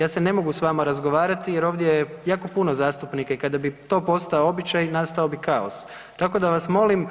Ja se ne mogu s vama razgovarati jer ovdje je jako puno zastupnika i kada bi to postao običaj nastao bi kaos, tako da vas molim